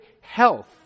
health